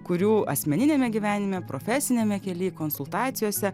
kurių asmeniniame gyvenime profesiniame kely konsultacijose